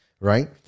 right